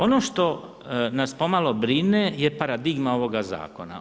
Ono što nas po malo brine jest paradigma ovoga zakona.